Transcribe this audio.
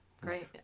Great